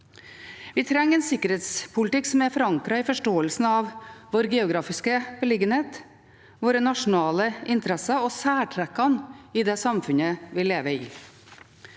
Vi trenger en sikkerhetspolitikk som er forankret i forståelsen av vår geografiske beliggenhet, våre nasjonale interesser og særtrekkene i det samfunnet vi lever i.